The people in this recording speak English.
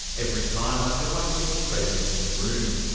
every time, i feel like there's a presence in the room.